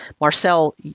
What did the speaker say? Marcel